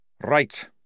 Right